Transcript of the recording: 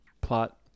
plot